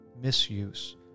Misuse